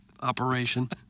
operation